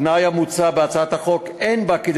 התנאי המוצע בהצעת החוק אין בו כדי